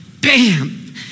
Bam